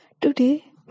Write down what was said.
Today